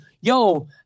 yo